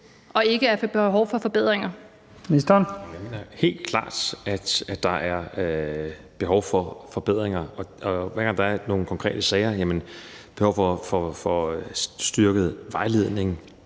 Heunicke): Jeg mener helt klart, at der er behov for forbedringer. Hver gang der er nogle konkrete sager, er der behov for styrket vejledning